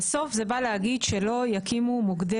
בסוף זה בא להגיד שלא יקימו מוקדי